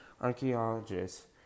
archaeologists